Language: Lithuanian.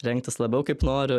rengtis labiau kaip noriu